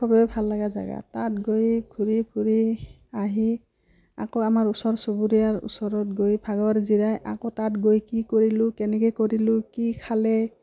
খবেই ভাল লগা জেগা তাত গৈ ঘূৰি ফূৰি আহি আকৌ আমাৰ ওচৰ চুবুৰীয়াৰ ওচৰত গৈ ভাগৰ জিৰাই আকৌ তাত গৈ কি কৰিলোঁ কেনেকৈ কৰিলোঁ কি খালে